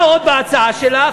מה עוד בהצעה שלה?